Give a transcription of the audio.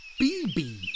BB